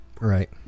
Right